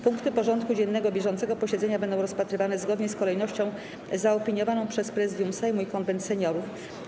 Punkty porządku dziennego bieżącego posiedzenia będą rozpatrywane zgodnie z kolejnością zaopiniowaną przez Prezydium Sejmu i Konwent Seniorów.